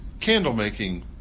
candle-making